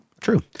True